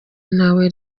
ntawe